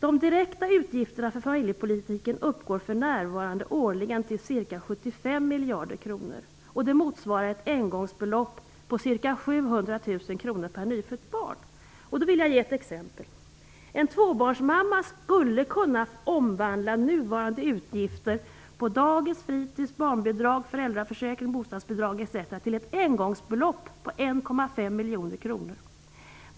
De direkta utgifterna för familjepolitiken uppgår för närvarande årligen till ca 75 miljarder kronor, och det motsvarar ett engångsbelopp på ca 700 000 kr per nyfött barn. Låt mig ge ett exempel. En tvåbarnsmamma skulle kunna omvandla nuvarande utgifter på dagis, fritids, barnbidrag, föräldraförsäkring, bostadsbidrag, etc. till ett engångsbelopp på 1,5 miljoner kronor.